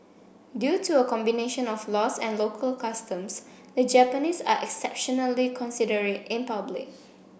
due to a combination of laws and local customs the Japanese are exceptionally considerate in public